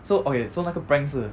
so okay so 那个 prank 是